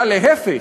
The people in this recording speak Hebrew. להפך,